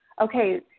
Okay